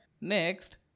Next